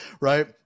right